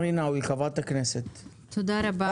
חברת הכנסת ג'ידא רינאוי, בבקשה.